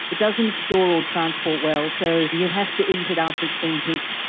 it doesn't store or transport well, so you have to eat it after it's been picked.